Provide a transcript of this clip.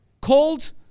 called